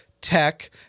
tech